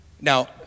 Now